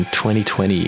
2020